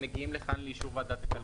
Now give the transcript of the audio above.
והעקרונות האלה מגיעים לכאן לאישור ועדה.